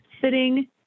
sitting